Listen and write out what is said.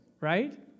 right